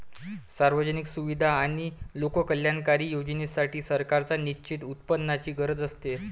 सार्वजनिक सुविधा आणि लोककल्याणकारी योजनांसाठी, सरकारांना निश्चित उत्पन्नाची गरज असते